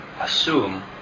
assume